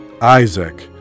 isaac